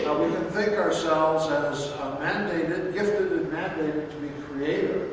we can think ourselves as mandated, gifted and mandated to be created.